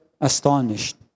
astonished